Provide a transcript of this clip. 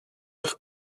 eich